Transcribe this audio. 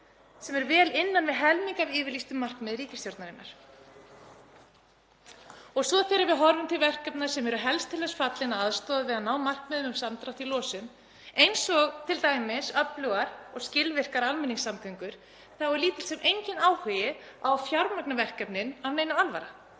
sem er vel innan við helming af yfirlýstum markmiðum ríkisstjórnarinnar. Þegar við horfum til verkefna sem eru helst til þess fallin að aðstoða við að ná markmiðum um samdrátt í losun, eins og t.d. öflugar og skilvirkar almenningssamgöngur, þá er lítill sem enginn áhugi á að fjármagna verkefnin af neinni alvöru.